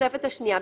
בתוספת השנייה,